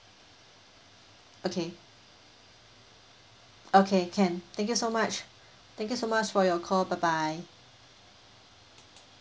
okay okay can thank you so much thank you so much for your call bye bye